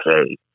okay